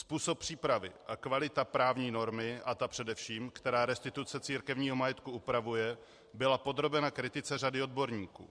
Způsob přípravy a kvalita právní normy, a ta především, která restituce církevního majetku upravuje, byla podrobena kritice řady odborníků.